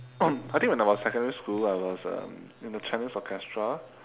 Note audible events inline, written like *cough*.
*coughs* I think when I was secondary school I was um in the chinese orchestra